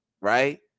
right